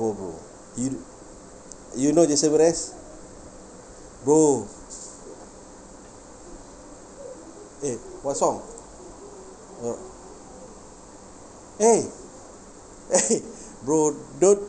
oh bro you you know jason mraz bro eh what song uh eh !hey! bro don't